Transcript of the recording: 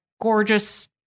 gorgeous